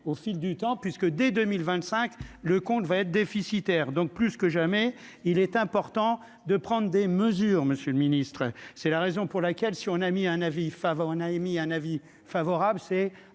au fil du temps puisque, dès 2025 le compte va être déficitaire, donc plus que jamais, il est important de prendre des mesures Monsieur le Ministre, c'est la raison pour laquelle, si on a mis un avis favorable, a